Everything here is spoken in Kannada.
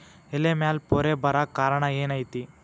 ಎಲೆ ಮ್ಯಾಲ್ ಪೊರೆ ಬರಾಕ್ ಕಾರಣ ಏನು ಐತಿ?